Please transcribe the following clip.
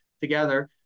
together